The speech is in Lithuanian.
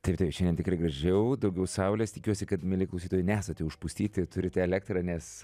taip taip šiandien tikrai gražiau daugiau saulės tikiuosi kad mieli klausytojai nesate užpustyti ir turite elektrą nes